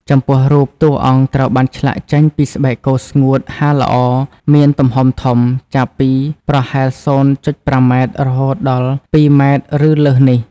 ចំពោះរូបតួអង្គត្រូវបានឆ្លាក់ចេញពីស្បែកគោស្ងួតហាលល្អ មានទំហំធំ ចាប់ពីប្រហែល ០,៥ ម៉ែត្រ រហូតដល់ ២ ម៉ែត្រ ឬលើសនេះ ។